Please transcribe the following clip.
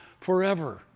forever